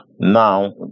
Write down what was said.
now